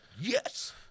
yes